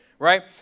right